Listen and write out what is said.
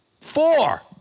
Four